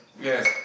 yes